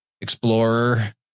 explorer